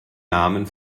namen